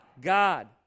God